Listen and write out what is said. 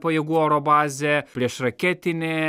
pajėgų oro bazė priešraketinė